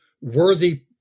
worthy